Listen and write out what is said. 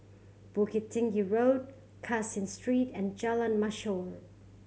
Bukit Tinggi Road Caseen Street and Jalan Mashhor